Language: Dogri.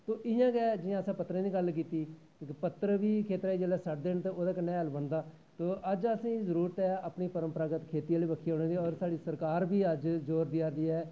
ते इयां गै जियां असैं पत्तरें दी गल्ल कीती पत्तर बी जिसलै खेत्तरै च सड़दे न तां ओह्दा हैल बनदा अज्ज असैं जरूरत ऐ अपनी परंपरागत खेत्ता आह्ली बक्खी साढ़ा सरकार बी अज्ज जोर देआ दी ऐ